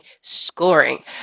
scoring